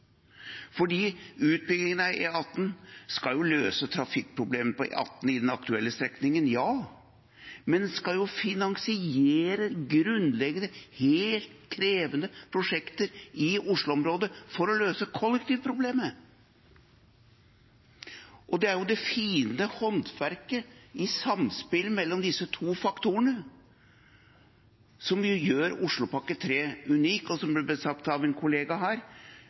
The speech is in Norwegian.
skal jo løse trafikkproblemer på E18 på den aktuelle strekningen, men den skal også finansiere grunnleggende og mer krevende prosjekter i Oslo-området for å løse kollektivproblemet. Det er det fine håndverket i samspillet mellom disse to faktorene som gjør Oslopakke 3 unik, og – som det ble sagt av en kollega her